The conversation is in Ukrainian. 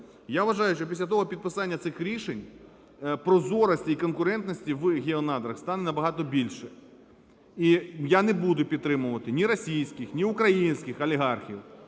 Я вважаю, що після того підписання цих рішень прозорості і конкурентності в "Геонадрах" стане набагато більше. І я не буду підтримувати ні російських, ні українських олігархів,